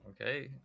Okay